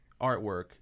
artwork